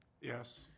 Yes